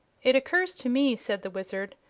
it occurs to me, said the wizard,